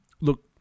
look